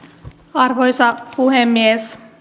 arvoisa puhemies